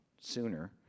sooner